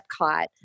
epcot